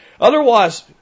Otherwise